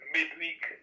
Midweek